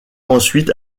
ensuite